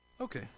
Okay